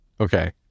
Okay